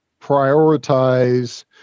prioritize